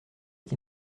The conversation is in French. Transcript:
est